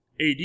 AD